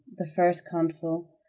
the first consul,